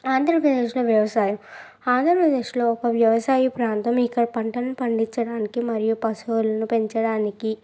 ఆంధ్రప్రదేశ్లో వ్యవసాయం ఆంధ్రప్రదేశ్లో ఒక వ్యవసాయ ప్రాంతం ఇక్కడ పంటలు పండిచ్చడానికి మరియు పశువులను పెంచడానికి